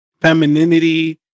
femininity